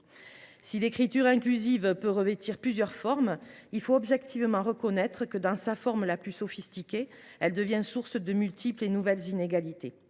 Si l’écriture inclusive peut revêtir plusieurs formes, il faut objectivement reconnaître qu’elle devient, dans la plus sophistiquée d’entre elles, source de multiples et nouvelles inégalités.